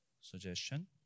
suggestion